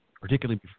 particularly